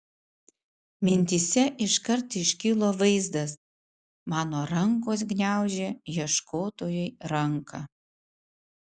mintyse iškart iškilo vaizdas mano rankos gniaužia ieškotojai ranką